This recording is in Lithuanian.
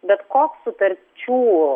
bet koks sutarčių